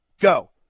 go